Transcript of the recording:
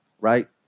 right